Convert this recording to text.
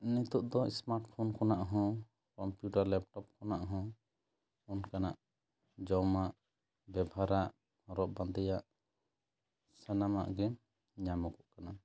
ᱱᱤᱛᱳᱜ ᱫᱚ smart phone ᱠᱷᱚᱱᱟᱜ ᱦᱚᱸ ᱠᱚᱢᱯᱤᱭᱩᱴᱟᱨ ᱞᱮᱯᱴᱳᱯ ᱠᱷᱚᱱᱟᱜ ᱦᱚᱸ ᱚᱱᱠᱟᱱᱟᱜ ᱡᱚᱢᱟᱜ ᱵᱮᱵᱟᱦᱟᱨᱟᱜ ᱦᱚᱨᱚᱜ ᱵᱟᱸᱫᱮᱭᱟᱜ ᱥᱟᱱᱟᱢᱟᱜ ᱜᱮ ᱧᱟᱢᱚᱜᱚᱜ ᱠᱟᱱᱟ